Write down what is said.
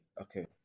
okay